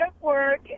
work